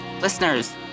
listeners